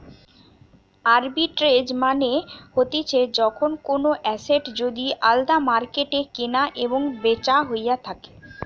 arbitrage মানে হতিছে যখন কোনো এসেট যদি আলদা মার্কেটে কেনা এবং বেচা হইয়া থাকে